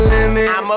I'ma